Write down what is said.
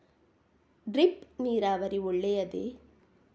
Drip ನೀರಾವರಿ ಒಳ್ಳೆಯದೇ?